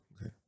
okay